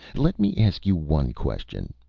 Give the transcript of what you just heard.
let me ask you one question.